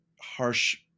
harsh